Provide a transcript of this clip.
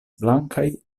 blankaj